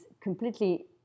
completely